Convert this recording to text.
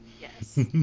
yes